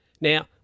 Now